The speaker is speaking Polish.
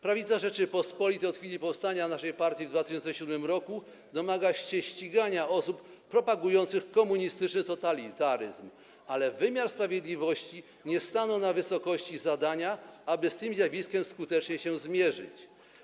Prawica Rzeczypospolitej od chwili powstania naszej partii w 2007 r. domaga się ścigania osób propagujących komunistyczny totalitaryzm, ale wymiar sprawiedliwości nie stanął na wysokości zadania, aby z tym zjawiskiem skutecznie się zmierzyć.